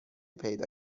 پیدا